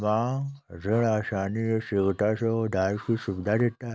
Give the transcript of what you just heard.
मांग ऋण आसानी एवं शीघ्रता से उधार की सुविधा देता है